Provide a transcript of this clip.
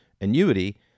annuity